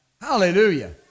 Hallelujah